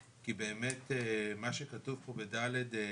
כי באמת מה שכתוב פה בסעיף (ד)(1)